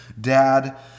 Dad